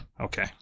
Okay